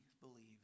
believe